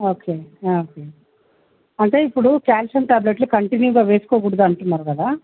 okay okay అంటే ఇప్పుడు calcium ట్యాబ్లేట్లు కంటిన్యూగా వేసుకోకూడదు అంటున్నారు కదా